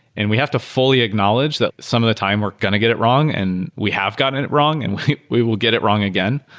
and we have to fully acknowledge that some of the time we're going to get it wrong, and we have got and it wrong, and we we will get it wrong again,